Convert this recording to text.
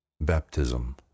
BAPTISM